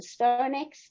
Stonex